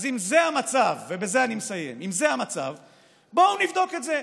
אז אם זה המצב, ובזה אני מסיים, בואו נבדוק את זה.